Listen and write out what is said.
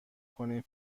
کنین